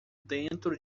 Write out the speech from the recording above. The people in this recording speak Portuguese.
dentro